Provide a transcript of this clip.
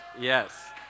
yes